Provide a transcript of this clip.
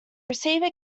receiver